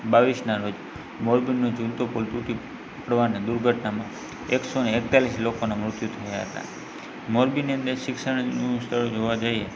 બાવીસના રોજ મોરબીનો ઝુલતો પૂલ તૂટી પડવાની દુર્ઘટનામાં એકસોને એકતાલિસ લોકોનાં મૃત્યું થયાં હતાં મોરબીની અંદર શિક્ષણનું સ્તર જોવા જઈએ